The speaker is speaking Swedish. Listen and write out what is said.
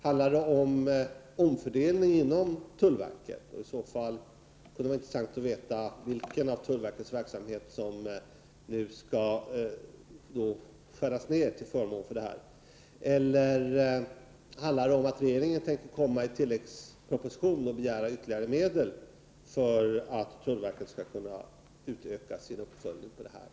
Handlar det om en omfördelning inom tullverket? I så fall kunde det vara intressant att veta vilken del av tullverkets verksamhet som nu skall skäras ned till förmån för denna verksamhet. Eller tänker regeringen begära ytterligare medel i tilläggsproposition för att tullverket skall kunna utöka sin uppföljning på detta område?